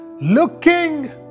looking